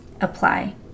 Apply